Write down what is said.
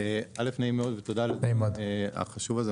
נעים מאוד ותודה על הדיון החשוב הזה.